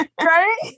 right